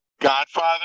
Godfather